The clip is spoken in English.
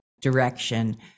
direction